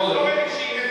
חבר הכנסת מוזס,